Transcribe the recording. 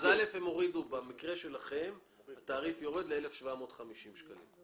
במקרה שלכם התעריף יורד ל-1,750 שקלים.